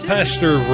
Pastor